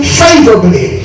favorably